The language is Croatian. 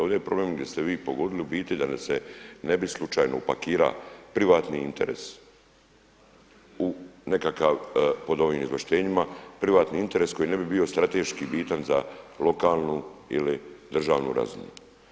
Ovdje je problem koji ste vi pogodili da nam se ne bi slučajno upakirao privatni interes u nekakav pod ovim izvlaštenjima privatni interes koji ne bi bio strateški bitan za lokalnu ili državnu razinu.